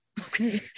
okay